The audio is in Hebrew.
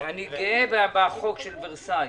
אני גאה בחוק ורסאי.